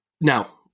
Now